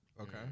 Okay